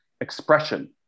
expression